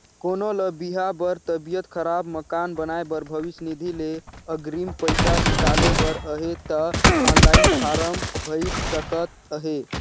कोनो ल बिहा बर, तबियत खराब, मकान बनाए बर भविस निधि ले अगरिम पइसा हिंकाले बर अहे ता ऑनलाईन फारम भइर सकत अहे